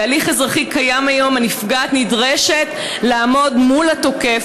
בהליך האזרחי הקיים היום הנפגעת נדרשת לעמוד מול התוקף